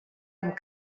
amb